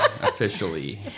officially